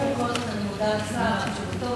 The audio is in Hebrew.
אני מודה לשר על תשובתו,